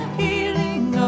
healing